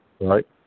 right